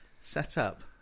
setup